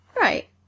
Right